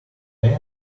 pan